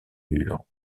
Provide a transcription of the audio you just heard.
murs